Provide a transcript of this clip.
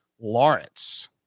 Lawrence